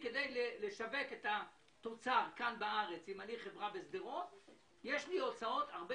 לחברה בשדרות שצריכה לשווק את התוצר כאן בארץ יש הוצאות הרבה